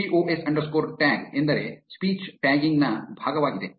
pose underscore tag ಎಂದರೆ speech tagging ನ ಭಾಗವಾಗಿದೆ